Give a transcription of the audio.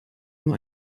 nur